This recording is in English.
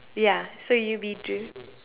ya so you will be Drew